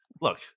look